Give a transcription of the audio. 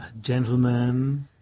gentlemen